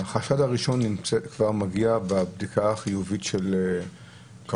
החשד הראשון מגיע כבר בבדיקה החיובית של קורונה?